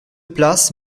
place